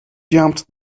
jumped